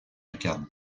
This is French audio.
incarne